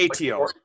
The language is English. ATO